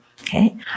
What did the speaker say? Okay